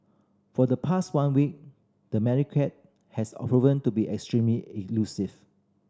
for the past one week the has proven to be extremely elusive